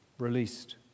Released